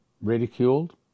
ridiculed